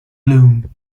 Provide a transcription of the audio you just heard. bloom